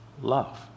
love